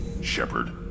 Shepard